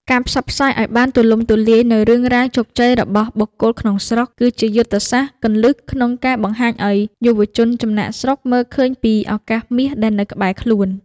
ការផ្សព្វផ្សាយឱ្យបានទូលំទូលាយនូវរឿងរ៉ាវជោគជ័យរបស់បុគ្គលក្នុងស្រុក គឺជាយុទ្ធសាស្ត្រគន្លឹះក្នុងការបង្ហាញឱ្យយុវជនចំណាកស្រុកមើលឃើញពីឱកាសមាសដែលនៅក្បែរខ្លួន។